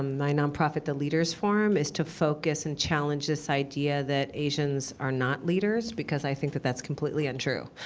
my nonprofit, the leaders forum, is to focus and challenge this idea that asians are not leaders, because i think that that's completely untrue.